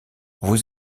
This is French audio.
vous